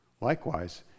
Likewise